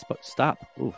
stop